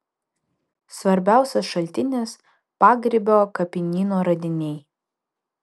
svarbiausias šaltinis pagrybio kapinyno radiniai